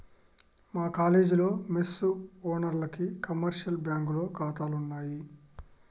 మా కాలేజీలో మెస్ ఓనర్లకి కమర్షియల్ బ్యాంకులో ఖాతాలున్నయ్